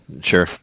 Sure